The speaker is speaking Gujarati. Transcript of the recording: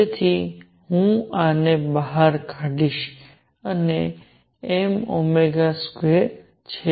તેથી હું આ ને બહાર કાઢીશ આ m ઓમેગા સ્કવેર છે